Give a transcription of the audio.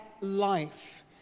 life